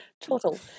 total